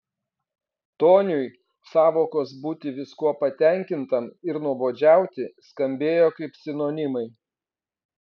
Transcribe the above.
toniui sąvokos būti viskuo patenkintam ir nuobodžiauti skambėjo kaip sinonimai